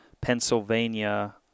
Pennsylvania